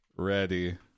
Ready